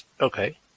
Okay